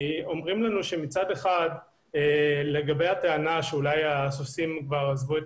אומרים לנו מצד אחד שאולי הסוסים כבר עזבו את